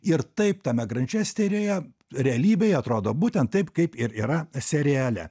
ir taip tame grančesteryje realybėj atrodo būtent taip kaip ir yra seriale